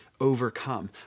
overcome